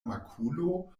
makulo